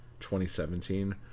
2017